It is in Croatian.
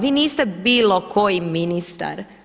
Vi niste bilo koji ministar.